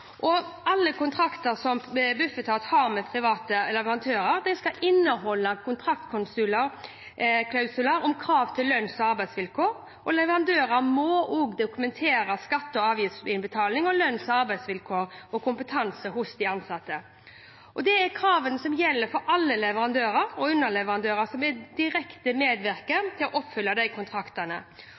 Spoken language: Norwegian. Alle kontrakter som Bufetat har med private leverandører, skal inneholde klausuler om lønns- og arbeidsvilkår. Leverandører må også dokumentere skatte- og avgiftsinnbetaling, lønns- og arbeidsvilkår og kompetanse hos de ansatte. Det er krav som gjelder for alle leverandører og underleverandører som medvirker direkte til å oppfylle kontraktene. Det innebærer at de